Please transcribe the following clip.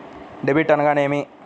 Debit అనగానేమి?